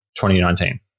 2019